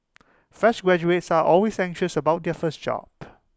fresh graduates are always anxious about their first job